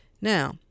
Now